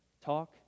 talk